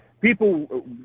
people